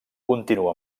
continua